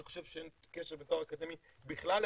אני חושב שאין קשר בין תואר אקדמי בכלל להשכלה,